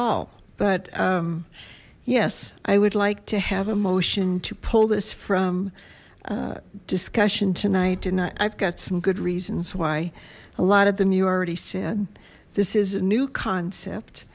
all but yes i would like to have a motion to pull this from discussion tonight and i've got some good reasons why a lot of them you already said this is a new concept